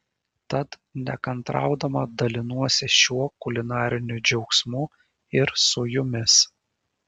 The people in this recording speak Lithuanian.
tad nekantraudama dalinuosi šiuo kulinariniu džiaugsmu ir su jumis